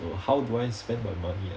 how do I spend my money ah